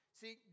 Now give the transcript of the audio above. See